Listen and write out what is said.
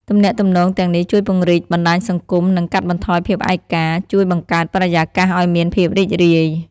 ទំនាក់ទំនងទាំងនេះជួយពង្រីកបណ្ដាញសង្គម និងកាត់បន្ថយភាពឯកា ជួយបង្កើតបរិយាកាសអោយមានភាពរីករាយ ។